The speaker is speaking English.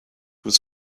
was